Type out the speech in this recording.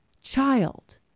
child